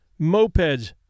mopeds